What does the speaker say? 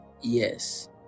yes